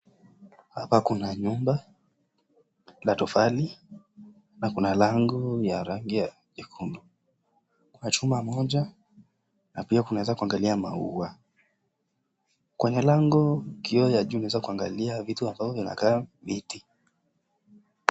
Hapa kuna nyumba ya tofali na kuna langi la rangi nyekundu. Kuna chuma moja na maua. Kwenye lango upande wa juu kwenye kioo kuna vitu vinakaa miti.